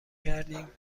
کردیم